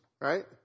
right